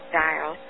dial